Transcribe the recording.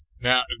Now